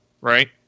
right